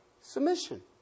submission